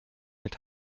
mit